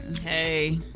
Hey